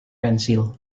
pensil